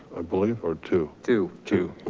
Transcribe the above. i believe, or two. two. two,